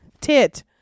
Tit